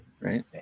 Right